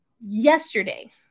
Yesterday